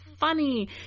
funny